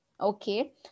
Okay